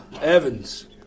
Evans